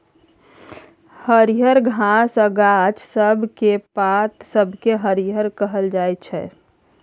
हरियर घास आ गाछ सब केर पात सबकेँ हरियरी कहल जाइ छै